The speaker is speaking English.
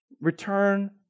return